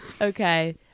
Okay